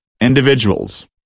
individuals